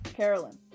Carolyn